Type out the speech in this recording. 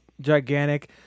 gigantic